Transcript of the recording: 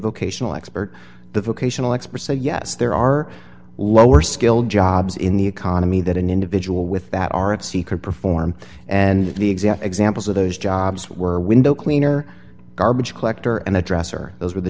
vocational expert the vocational experts say yes there are lower skilled jobs in the economy that an individual with that r f c could perform and the exact examples of those jobs were window cleaner garbage collector and a dresser those were the